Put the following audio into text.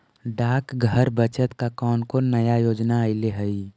डाकघर बचत का कौन कौन नया योजना अइले हई